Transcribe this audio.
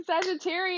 Sagittarius